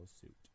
suit